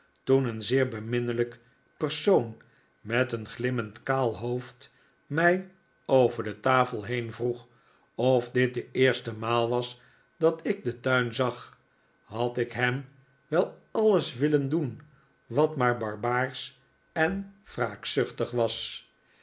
toen een zeer beminnelijk persoon met een glimmend kaal hoofd mij over de tafel heen vroeg of dit de eerste maal was dat ik den tuin zag had ik hem wel alles willen doen wat maar barbaarsch en wraakzuchtip was